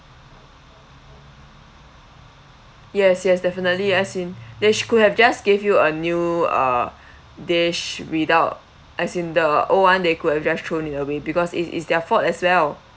yes yes definitely as in they sh~ could have just give you a new uh dish without as in the old [one] they could have just thrown it away because it's it's their fault as well